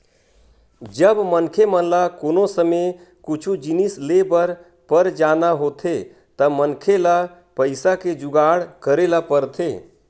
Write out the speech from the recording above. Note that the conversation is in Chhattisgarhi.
जब मनखे ल कोनो समे कुछु जिनिस लेय बर पर जाना होथे त मनखे ल पइसा के जुगाड़ करे ल परथे